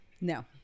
No